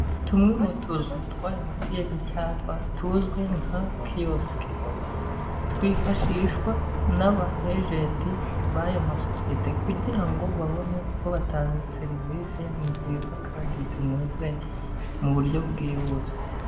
Tumwe mu tuzu twa MTN cyangwa tuzwi nka kiyosiki, twifashishwa n'aba ejenti b'ayo masosiyete kugira ngo babone uko batanga serivisi nziza kandi zinoze mu buryo bwihuse.